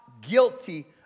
guilty